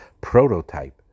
prototype